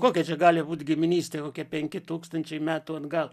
kokia čia gali būt giminystė kokie penki tūkstančiai metų atgal